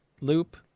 loop